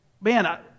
man